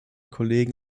kollegen